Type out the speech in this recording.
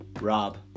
Rob